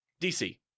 DC